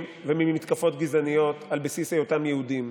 וממתקפות גזעניות על בסיס היותם יהודים.